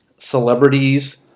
celebrities